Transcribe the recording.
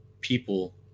people